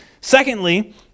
secondly